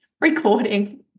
recording